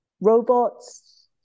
robots